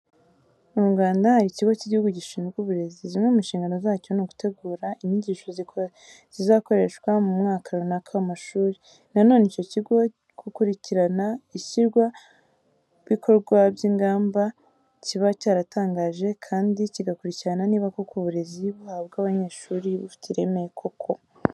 Mu Rwanda hari ikigo cy'igihugu gishinzwe uburezi. Zimwe mu nshingano zacyo ni ugutegura inyigisho zizakoreshwa mu mwaka runaka w'amashuri. Na none icyo kigo gukurikirana ishyirwa mu bikorwa by'ingamba kiba cyaratangaje kandi kigakurikirana niba koko uburezi buhabwa abanyeshuri bufite ireme koko.